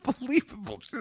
unbelievable